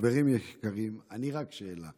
חברים יקרים, אני רק שאלה.